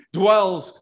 dwells